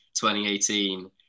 2018